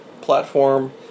platform